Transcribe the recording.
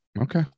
Okay